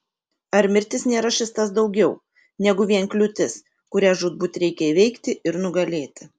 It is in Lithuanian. ar mirtis nėra šis tas daugiau negu vien kliūtis kurią žūtbūt reikia įveikti ir nugalėti